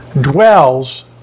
dwells